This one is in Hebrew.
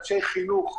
לאנשי חינוך,